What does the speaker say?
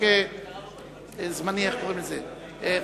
רק רציתי לברר,